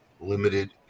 limited